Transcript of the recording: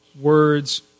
words